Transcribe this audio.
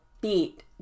beat